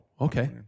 Okay